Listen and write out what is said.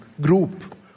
group